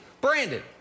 Brandon